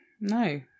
No